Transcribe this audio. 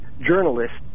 journalists